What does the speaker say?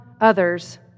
others